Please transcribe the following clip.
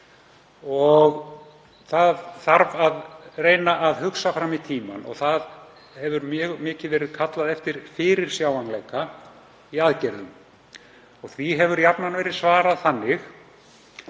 Það þarf að reyna að hugsa fram í tímann og það hefur mjög mikið verið kallað eftir fyrirsjáanleika í aðgerðum. Því hefur jafnan verið svarað þannig að